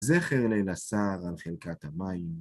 זכר ליל הסהר על חלקת המים.